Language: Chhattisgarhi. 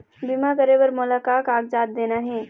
बीमा करे बर मोला का कागजात देना हे?